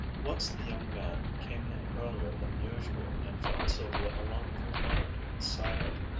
once the young man came in earlier than usual and found sylvia alone for a moment in the silent,